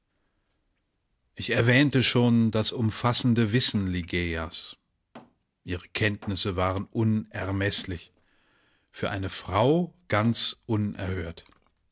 ich erwähnte schon das umfassende wissen ligeias ihre kenntnisse waren unermeßlich für eine frau ganz unerhört